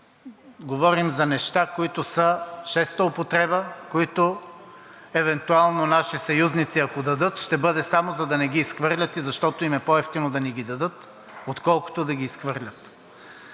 говорим за неща, които са шеста употреба, които евентуално наши съюзници, ако дадат, ще бъде само за да не ги изхвърлят и защото им е по-евтино да ни ги дадат, отколкото да ги изхвърлят.